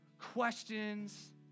Questions